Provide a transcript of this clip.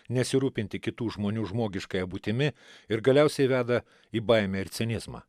nesirūpinti kitų žmonių žmogiškąja būtimi ir galiausiai veda į baimę ir cinizmą